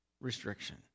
restriction